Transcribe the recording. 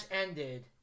ended